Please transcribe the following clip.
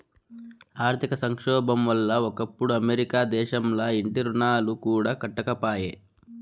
ఆర్థిక సంక్షోబం వల్ల ఒకప్పుడు అమెరికా దేశంల ఇంటి రుణాలు కూడా కట్టకపాయే